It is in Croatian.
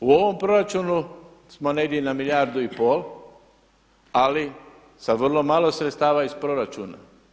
U ovom proračunu smo negdje na milijardu i pol ali sa vrlo malo sredstava iz proračuna.